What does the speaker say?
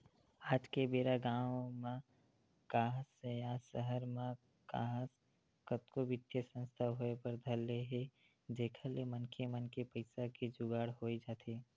आज के बेरा गाँव म काहस या सहर म काहस कतको बित्तीय संस्था होय बर धर ले हे जेखर ले मनखे मन के पइसा के जुगाड़ होई जाथे